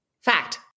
Fact